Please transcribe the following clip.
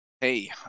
Hey